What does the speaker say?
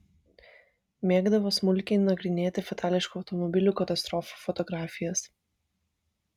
mėgdavo smulkiai nagrinėti fatališkų automobilių katastrofų fotografijas